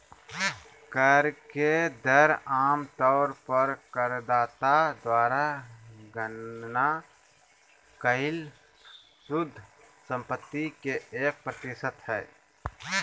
कर के दर आम तौर पर करदाता द्वारा गणना कइल शुद्ध संपत्ति के एक प्रतिशत हइ